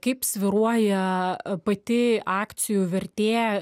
kaip svyruoja pati akcijų vertė